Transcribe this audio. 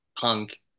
punk